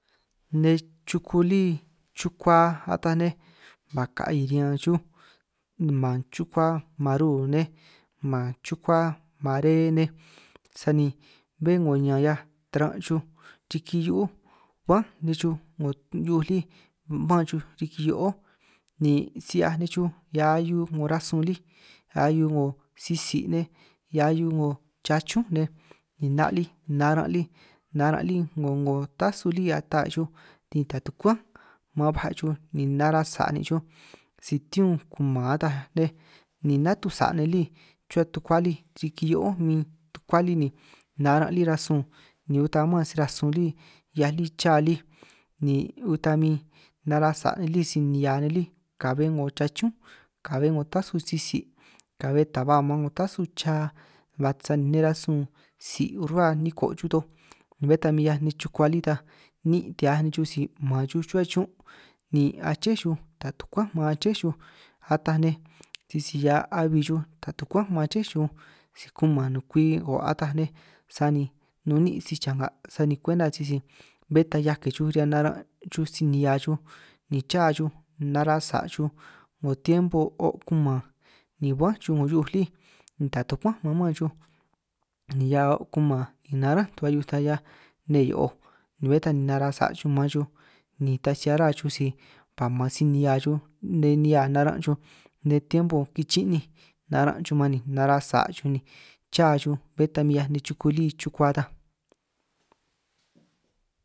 Nej chuku lí chukua a taj nej ba ka'i riñan xuj man chukua maru nej, man chukua mare nej, sani bé 'ngo ñan 'hiaj taran' xuj riki hio'o ban nej xuj 'ngo hiu'uj lí man xuj riki hio'ó, ni si 'hiaj nej xuj nga ahiu 'ngo rasun lí ahiu 'ngo sitsi' nej hia ahiu 'ngo chachún nej, ni 'na' lí naran' lí naran' lí 'ngo 'ngo tasu lí ata xuj ni ta tukuán maan baaj xuj, ni naran' sa' anin' xuj si tiun kuman ataj nej ni natuj sa' nej lí ruhua tukua lí, riki hio'ó min tukua lí ni naran' lí rasun ni uta man si rasun lí 'hiaj lí cha lí, ni uta min nara' sa' lí si-nihia nej lí ka'be 'ngo chachúnj, ka'be 'ngo tasu sitsi', ka'be ta ba maan 'ngo tasu cha ba sani nej rasun tsi rruhua niko xuj toj bé ta min 'hia nej chukua lí ta, níin' ti 'hiaj nej xuj si man xuj ruhua chuún' ni aché xuj ta tukuán maan aché xuj, ataj nej sisi hia abi xuj ta tukuán maan aché xuj, si kuman nukwi ko' ataj nej sani nun ni'in si changa' sani kwenta sisi bé ta 'hiaj ke xuj riñan naran' xuj si-nihia xuj, ni cha xuj nara' sa' xuj 'ngo tiempo o' kuman ni bán xuj 'ngo hiu'uj lí ni ta tukuán maan man xuj, ni hia o' kuman narán' tu'ba hiu'uj ta 'hiaj nne hio'oj ni bé ta ni naran' sa' xuj maan xuj, ni ta si'hia rá xuj si ka' man si-nihia nej nihia naran' xuj nej tiempo kichi'ninj, naran' xuj man ni nara sa' xuj ni cha xuj bé ta min 'hiaj nej chuku lí chukua ta.